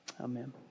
Amen